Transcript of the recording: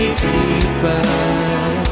deeper